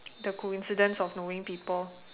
the coincidence of knowing people